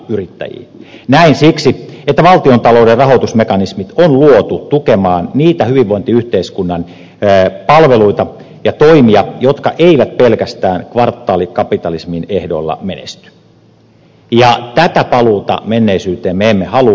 näin siksi että valtiontalouden rahoitusmekanismit on luotu tukemaan niitä hyvinvointiyhteiskunnan palveluita ja toimia jotka eivät pelkästään kvartaalikapitalismin ehdoilla menesty ja tätä paluuta menneisyyteen me emme halua